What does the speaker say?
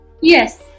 yes